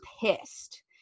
pissed